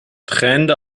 tränende